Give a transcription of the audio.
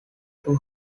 two